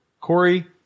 Corey